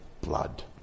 blood